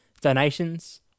donations